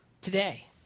today